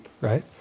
right